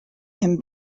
him